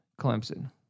Clemson